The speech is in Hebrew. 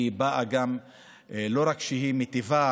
לא רק שהיא מיטיבה